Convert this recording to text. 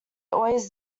always